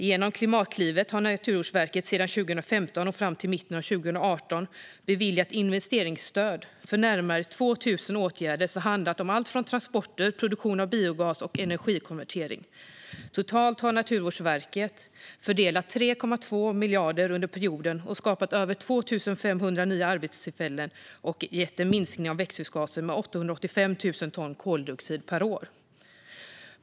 Genom Klimatklivet har Naturvårdsverket sedan 2015 och fram till mitten av 2018 beviljat investeringsstöd för närmare 2 000 åtgärder. Det har handlat om transporter, produktion av biogas och energikonvertering. Totalt har Naturvårdsverket fördelat 3,2 miljarder under perioden, skapat över 2 500 nya arbetstillfällen och åstadkommit en minskning av växthusgaser motsvarande 885 000 ton koldioxid per år.